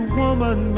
woman